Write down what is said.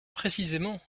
précisément